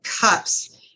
cups